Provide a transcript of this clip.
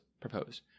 proposed